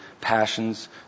passions